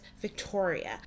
Victoria